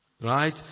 Right